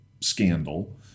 scandal